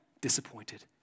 disappointed